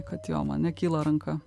kad jo man nekyla ranka